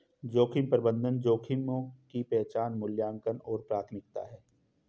जोखिम प्रबंधन जोखिमों की पहचान मूल्यांकन और प्राथमिकता है